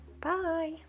Bye